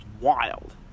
wild